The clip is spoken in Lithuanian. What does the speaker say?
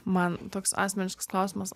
man toks asmeniškas klausimas